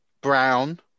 Brown